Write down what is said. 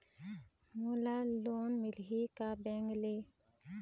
मोला लोन मिलही का बैंक ले?